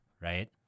right